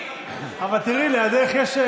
אבל תראי, לידך יש,